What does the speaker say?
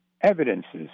evidences